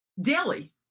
daily